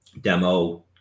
demo-